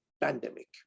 pandemic